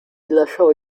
lasciò